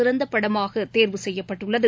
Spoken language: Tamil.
சிறந்த படமாக தேர்வு செய்யப்பட்டுள்ளது